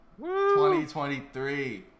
2023